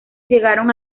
llegaron